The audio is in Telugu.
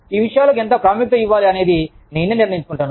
ఈ విషయాలకు ఎంత ప్రాముఖ్యత ఇవ్వాలి అనేది నేనే నిర్ణయించుకుంటాను